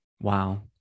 wow